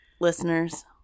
listeners